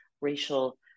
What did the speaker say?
racial